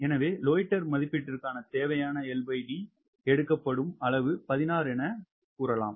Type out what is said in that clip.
எனவே லோய்ட்டர் மதிப்பீட்டிற்குத் தேவையான LD எடுக்கப்படும் 16 என எடுக்கப்படும்